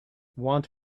want